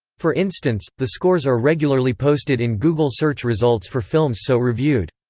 for instance, the scores are regularly posted in google search results for films so reviewed.